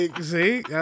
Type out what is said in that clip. See